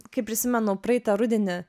kai prisimenu praeitą rudenį